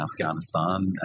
Afghanistan